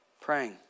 praying